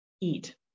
eat